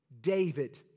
David